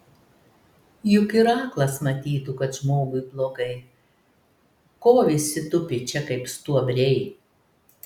juk ir aklas matytų kad žmogui blogai ko visi tupi čia kaip stuobriai